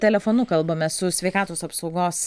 telefonu kalbame su sveikatos apsaugos